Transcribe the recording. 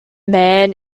man